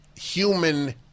human